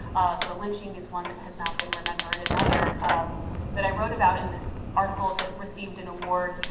the lynching is one that has not been remembered. another that i wrote about in this article that received an award,